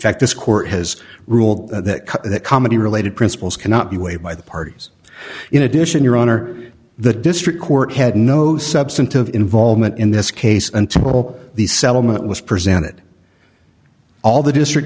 fact this court has ruled that comedy related principles cannot be weighed by the parties in addition your honor the district court had no substantive involvement in this case until all the settlement was presented all the district